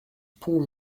pont